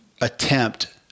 attempt